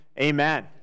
Amen